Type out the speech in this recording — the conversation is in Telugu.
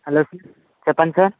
హలో చెప్పండి సార్